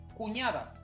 Cuñada